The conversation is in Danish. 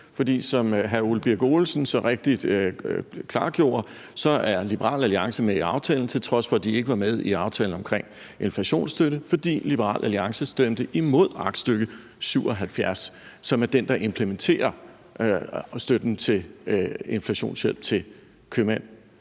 for som hr. Ole Birk Olesen så rigtigt klargjorde, er Liberal Alliance med i aftalen, til trods for de ikke var med i aftalen omkring inflationshjælp, fordi Liberal Alliance stemte imod aktstykke 77, som er det, der implementerer støtten til inflationshjælp til købmænd.